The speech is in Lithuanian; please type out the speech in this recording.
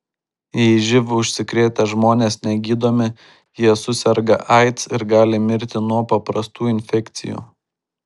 jei živ užsikrėtę žmonės negydomi jie suserga aids ir gali mirti nuo paprastų infekcijų